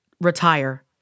retire